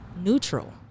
neutral